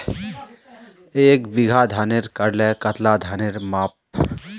एक बीघा धानेर करले कतला धानेर पाम?